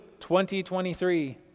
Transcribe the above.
2023